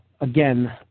again